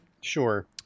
Sure